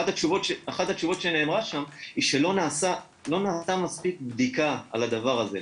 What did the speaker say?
אחת התשובות שנאמרה שם שלא נעשה מספיק בדיקה על הדבר הזה.